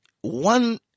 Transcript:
one